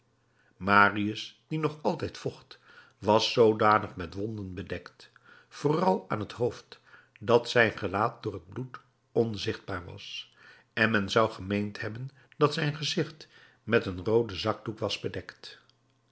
marius die nog altijd vocht was zoodanig met wonden bedekt vooral aan het hoofd dat zijn gelaat door het bloed onzichtbaar was en men zou gemeend hebben dat zijn gezicht met een rooden zakdoek was bedekt